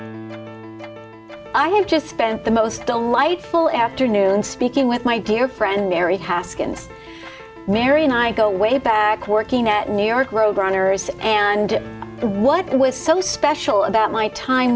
for me i have just spent the most delightful afternoon speaking with my dear friend mary haskins mary and i go way back working at new york road runners and what was so special about my time